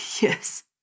Yes